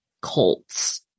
cults